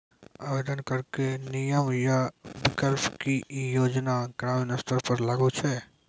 आवेदन करैक नियम आ विकल्प? की ई योजना ग्रामीण स्तर पर लागू छै?